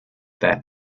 that